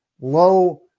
low